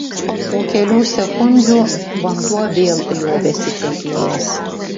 po kelių sekundžių vanduo vėl liovėsi tekėjęs